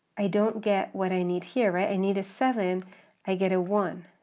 i don't get what i need here, right? i need a seven i get a one,